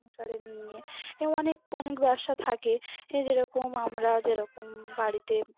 সংসারের নিয়ে এ অনেক অনেক ব্যবসা থাকে এ যেরকম আমরা যেরকম বাড়িতে